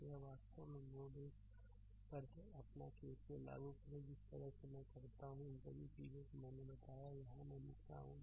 तो यह वास्तव में नोड 1 पर है अपना केसीएल लागू करें जिस तरह से मैं करता हूं इन सभी चीजों को मैंने बताया यहां मैं अब लिख रहा हूं